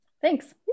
Thanks